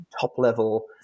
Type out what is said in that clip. top-level